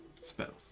Spells